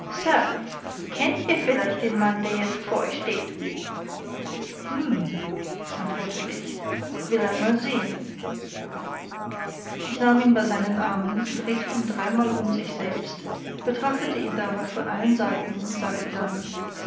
kennt ihr vielleicht den mann der jetzt vor euch steht hm antwortete ich will einmal sehen ich nahm ihn bei seinen armen drehte ihn dreimal um sich selbst betrachtete ihn dabei von allen seiten und sagte dann